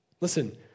Listen